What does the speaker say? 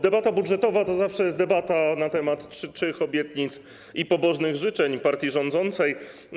Debata budżetowa to zawsze jest debata na temat czczych obietnic i pobożnych życzeń partii rządzącej.